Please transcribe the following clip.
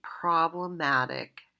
problematic